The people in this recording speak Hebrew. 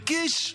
וקיש?